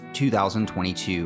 2022